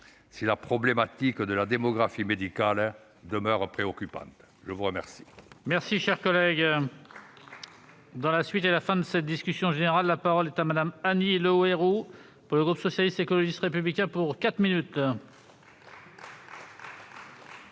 si la problématique de la démographie médicale demeure préoccupante ! La parole